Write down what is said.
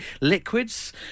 liquids